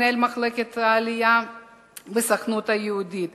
מנהל מחלקת העלייה בסוכנות היהודית,